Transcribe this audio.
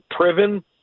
Priven